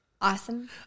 awesome